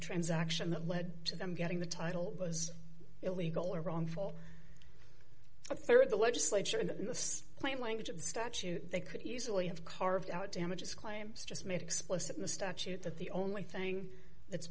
transaction that led to them getting the title was illegal or wrongful a rd the legislature and plain language of the statute they could easily have carved out damages claims just made explicit in the statute that the only thing that's